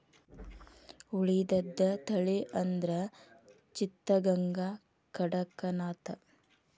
ಉಳಿದದ ತಳಿ ಅಂದ್ರ ಚಿತ್ತಗಾಂಗ, ಕಡಕನಾಥ